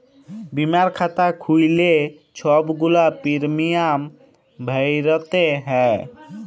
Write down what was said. বীমার খাতা খ্যুইল্লে ছব গুলা পিরমিয়াম ভ্যইরতে হ্যয়